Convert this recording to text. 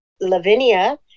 Lavinia